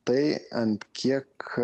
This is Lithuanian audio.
tai ant kiek